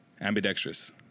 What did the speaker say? Ambidextrous